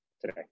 today